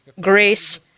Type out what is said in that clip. grace